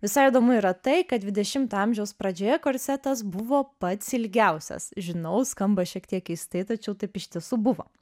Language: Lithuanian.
visai įdomu yra tai kad dvidešimto amžiaus pradžioje korsetas buvo pats ilgiausias žinau skamba šiek tiek keistai tačiau taip iš tiesų buvo